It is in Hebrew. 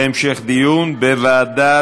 החוק עובר להמשך דיון בוועדת